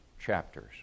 chapters